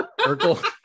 urkel